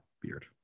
beard